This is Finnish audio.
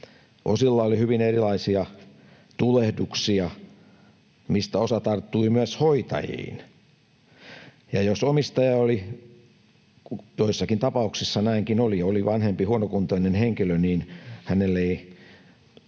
osalla oli erilaisia tulehduksia, mistä osa tarttui myös hoitajiin. Jos omistaja oli — joissakin tapauksessa näin olikin — vanhempi huonokuntoinen henkilö, niin hänelle ei